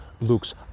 looks